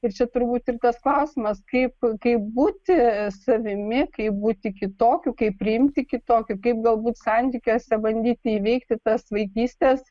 ir čia turbūt ir tas klausimas kaip kaip būti savimi kaip būti kitokiu kaip priimti kitokį kaip galbūt santykiuose bandyti įveikti tas vaikystės